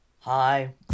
Hi